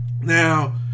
Now